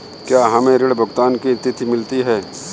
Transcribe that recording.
क्या हमें ऋण भुगतान की तिथि मिलती है?